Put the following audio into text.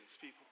people